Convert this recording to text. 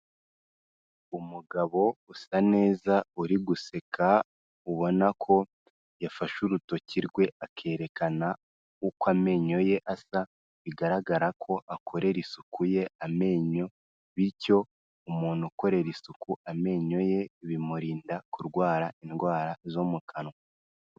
Umugabo usa neza uri guseka, ubona ko yafashe urutoki rwe akerekana uko amenyo ye asa, bigaragara ko akorera isuku ye amenyo bityo umuntu ukorera isuku amenyo ye bimurinda kurwara indwara zo mu kanwa.